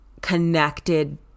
connected